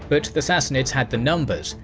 but the sassanids had the numbers,